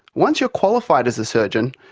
once you are qualified as a surgeon,